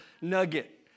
nugget